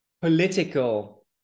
political